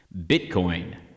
Bitcoin